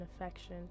affection